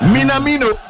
Minamino